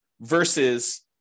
versus